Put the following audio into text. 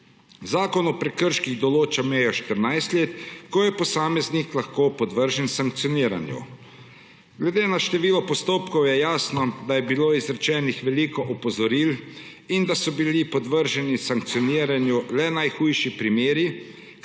Zakon o prekrških določa mejo 14 let, ko je posameznik lahko podvržen sankcioniranju. Glede na število postopkov je jasno, da je bilo izrečenih veliko opozoril in da so bili podvrženi sankcioniranju le najhujši primeri,